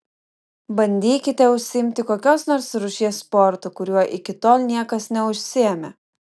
bandykite užsiimti kokios nors rūšies sportu kuriuo iki tol niekas neužsiėmė